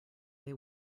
they